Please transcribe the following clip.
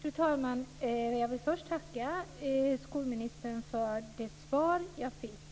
Fru talman! Jag vill först tacka skolministern för det svar jag fick.